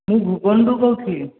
ମୁଁ ଭୁବନରୁ କହୁଥିଲି